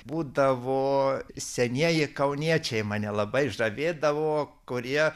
būdavo senieji kauniečiai mane labai žavėdavo kurie